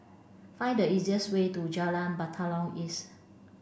find the fastest way to Jalan Batalong East